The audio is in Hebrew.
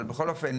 אבל בכל אופן